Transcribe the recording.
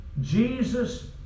Jesus